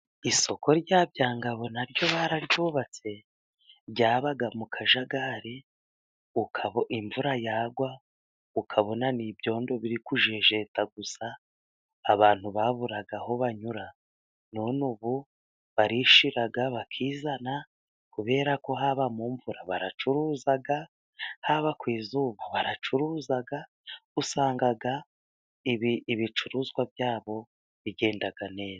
Isoko rya Byangabo na ryo bararyubatse, ryabaga mu kajagari, ukaba imvura yagwa ukabona ni ibyondo biri kujejeta gusa, abantu baburaga aho banyura. None ubu barishyira bakizana kubera ko haba mu mvura baracuruza, haba mu zuba baracuruza, usanga ibicuruzwa byabo bigenda neza.